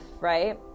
right